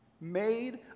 made